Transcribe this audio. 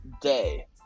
day